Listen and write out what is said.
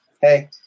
Hey